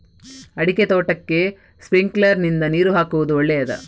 ಅಡಿಕೆ ತೋಟಕ್ಕೆ ಸ್ಪ್ರಿಂಕ್ಲರ್ ನಿಂದ ನೀರು ಹಾಕುವುದು ಒಳ್ಳೆಯದ?